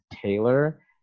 Taylor